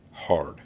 hard